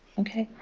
ok.